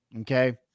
okay